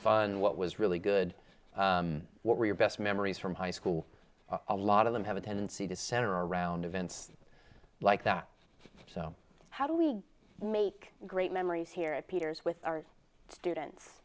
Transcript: fun what was really good what were your best memories from high school a lot of them have a tendency to center around events like that so how do we make great memories here at peter's with our students